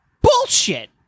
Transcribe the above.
bullshit